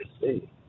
see